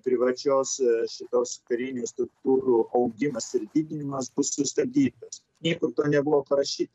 privačios šitos karinių struktūrų augimas ir didinimas bus sustabdytas niekur to nebuvo parašyta